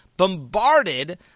bombarded